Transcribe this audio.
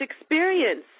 experience